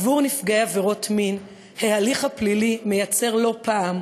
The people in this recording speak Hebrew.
עבור נפגעי עבירות מין ההליך הפלילי מייצר לא פעם